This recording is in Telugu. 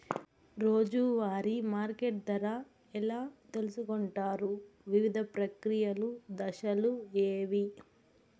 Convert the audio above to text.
రోజూ వారి మార్కెట్ ధర ఎలా తెలుసుకొంటారు వివిధ ప్రక్రియలు దశలు ఏవి?